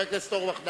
חבר הכנסת אורבך,